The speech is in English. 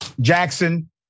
Jackson